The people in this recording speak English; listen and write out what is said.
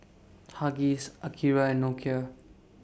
Huggies Akira and Nokia